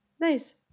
Nice